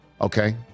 Okay